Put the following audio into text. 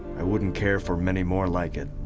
i wouldn't care for many more like it.